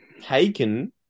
Taken